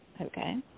okay